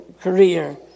career